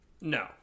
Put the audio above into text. No